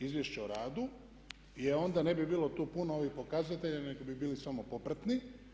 Izvješće o radu i onda ne bi bilo tu puno ovih pokazatelja nego bi bili samo popratni.